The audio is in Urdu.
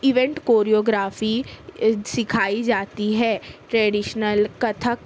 ایونٹ کوریوگرافی سکھائی جاتی ہے ٹریڈیشنل کتھک